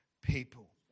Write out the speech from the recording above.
people